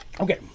Okay